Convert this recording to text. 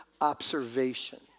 observation